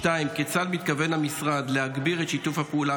2. כיצד מתכוון המשרד להגביר את שיתוף הפעולה